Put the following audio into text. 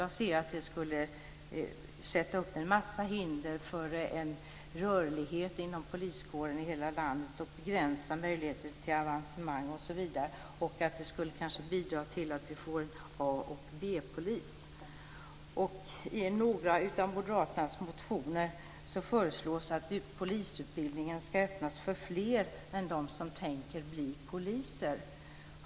Jag ser att det skulle sätta upp en massa hinder för en rörlighet inom poliskåren i hela landet och begränsa möjligheter till avancemang osv. Och det skulle kanske bidra till att vi får en A-polis och en B-polis. I några av moderaternas motioner föreslås att polisutbildningen ska öppnas för fler än för dem som tänker bli poliser.